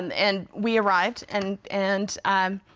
and we arrived and, and, um,